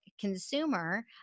consumer